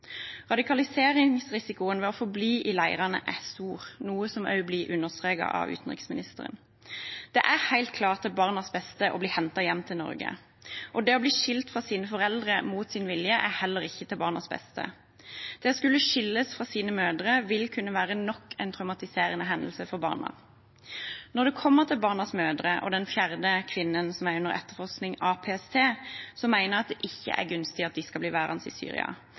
Radikaliseringsrisikoen ved å forbli i leirene er stor, noe som også blir understreket av utenriksministeren. Det er helt klart til barnas beste å bli hentet hjem til Norge, og det å bli skilt fra sine foreldre mot sin vilje er heller ikke til barnas beste. Det å skulle skilles fra sine mødre vil kunne være nok en traumatiserende hendelse for barna. Når det kommer til barnas mødre, og den fjerde kvinnen som er under etterforskning av PST, mener jeg at det ikke er gunstig at de skal bli værende i Syria,